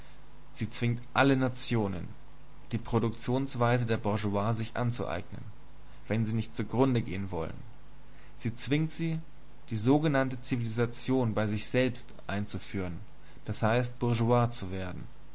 sie zwingt alle nationen die produktionsweise der bourgeoisie sich anzueignen wenn sie nicht zugrunde gehen wollen sie zwingt sie die sogenannte zivilisation bei sich selbst einzuführen d h bourgeois zu werden